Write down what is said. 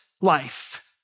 life